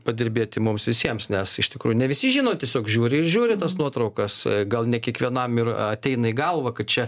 padirbėti mums visiems nes iš tikrųjų ne visi žino tiesiog žiūriir žiūri tas nuotraukas gal ne kiekvienam ir ateina į galvą kad čia